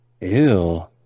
Ew